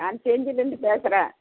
நான் செஞ்சிலிருந்து பேசுறேன்